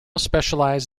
specialize